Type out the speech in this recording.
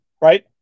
right